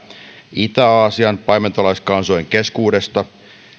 itä aasian paimentolaiskansojen keskuudesta